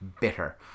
bitter